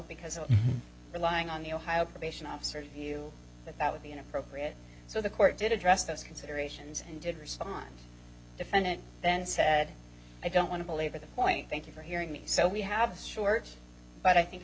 because i'm relying on the ohio probation officer view that that would be inappropriate so the court did address those considerations and did respond defendant then said i don't want to belabor the point thank you for hearing me so we have this short but i think